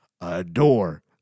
adore